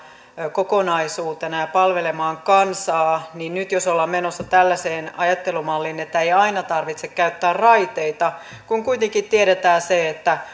kokonaisuutena ja palvelemaan kansaa niin ei kai nyt olla menossa tällaiseen ajattelumalliin että ei aina tarvitse käyttää raiteita kun kuitenkin tiedetään se että